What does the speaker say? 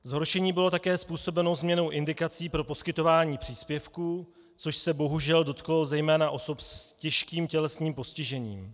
Zhoršení bylo také způsobeno změnou indikací pro poskytování příspěvků, což se bohužel dotklo zejména osob s těžkým tělesným postižením.